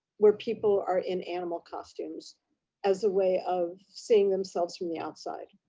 where people are in animal costumes as a way of seeing themselves from the outside,